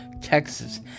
Texas